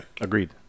Agreed